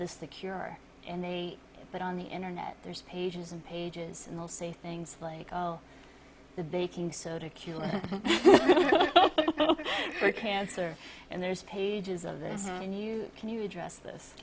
the cure and they put on the internet there's pages and pages and they'll say things like oh the baking soda killing cancer and there's pages of this and you can you address this